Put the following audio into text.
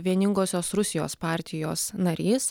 vieningosios rusijos partijos narys